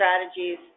strategies